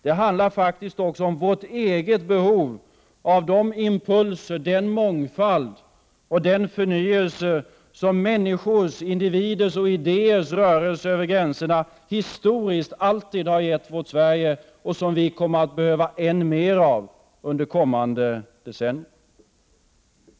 Det handlar faktiskt också om vårt eget behov av de impulser, den mångfald och den förnyelse som individers och idéers rörelser över gränserna historiskt alltid har gett vårt Sverige och som vi kommer att behöva än mer av under kommande decennier.